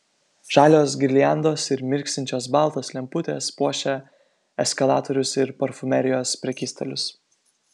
žalios girliandos ir mirksinčios baltos lemputės puošia eskalatorius ir parfumerijos prekystalius